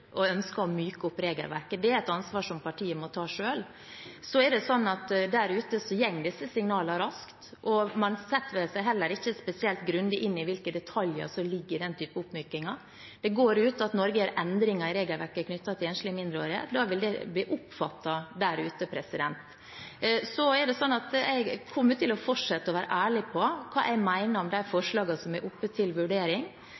og ønsker å myke opp regelverket. Det er et ansvar som partiet må ta selv. Det er sånn at der ute går disse signalene raskt. Man setter seg ikke spesielt grundig inn i hvilke detaljer som ligger i denne type oppmykinger. Det går ut at Norge gjør endringer i regelverket knyttet til enslige mindreårige. Da vil det bli oppfattet der ute. Jeg kommer til å fortsette å være ærlig på hva jeg mener om de